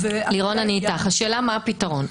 לירון, אני איתך, השאלה מה הפתרון.